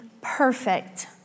perfect